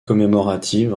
commémorative